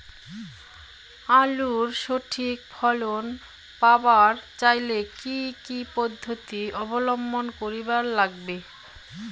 আলুর সঠিক ফলন পাবার চাইলে কি কি পদ্ধতি অবলম্বন করিবার লাগবে?